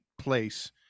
place